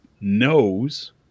knows